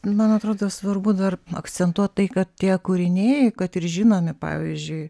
man atrodo svarbu dar akcentuot tai kad tie kūriniai kad ir žinomi pavyzdžiui